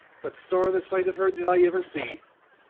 but sorra the sight of her did i ever see.